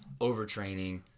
overtraining